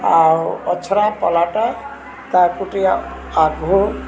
ଆଉ ଅଛରା ପଲ୍ହାଟା